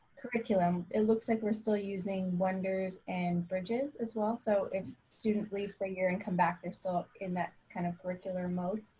curriculum, it looks like we're still using wonders and bridges as well. so if students leave for a year and come back, they're still in that kind of curriculum mode.